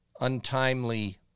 untimely